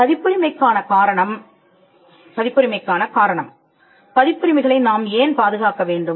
பதிப்புரிமைக் கான காரணம் பதிப்புரிமைகளை நாம் ஏன் பாதுகாக்க வேண்டும்